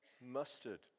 mustard